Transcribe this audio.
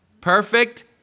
Perfect